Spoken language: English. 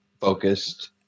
focused